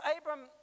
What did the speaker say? Abraham